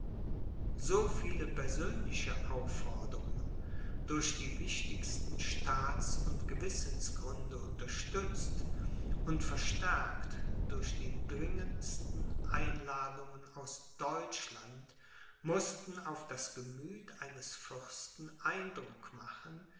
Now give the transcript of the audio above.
so viele persönliche aufforderungen durch die wichtigsten staats und gewissensgründe unterstützt und verstärkt durch die dringendsten einladungen aus deutschland mußten auf das gemüth eines fürsten eindruck machen